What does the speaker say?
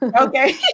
okay